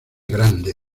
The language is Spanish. grande